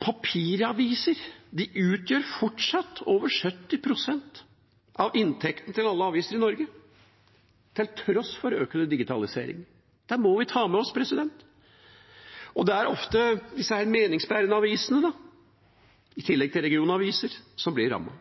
Papiraviser utgjør fortsatt over 70 pst. av inntektene til alle aviser i Norge, til tross for økende digitalisering. Det må vi ta med oss, og det er ofte de meningsbærende avisene, i tillegg til regionavisene, som blir rammet.